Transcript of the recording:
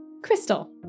crystal